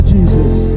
Jesus